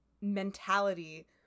mentality